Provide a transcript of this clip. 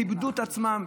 כיבדו את עצמם,